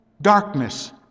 darkness